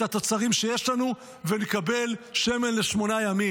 את התוצרים שיש לנו ונקבל שמן לשמונה ימים.